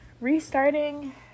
restarting